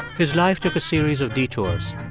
his life took a series of detours